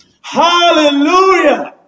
hallelujah